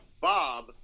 Bob